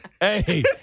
Hey